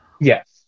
Yes